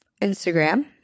Instagram